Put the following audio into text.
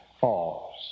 falls